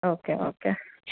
okay okay